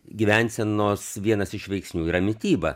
gyvensenos vienas iš veiksnių yra mityba